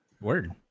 Word